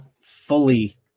fully